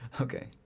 Okay